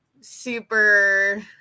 super